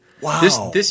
Wow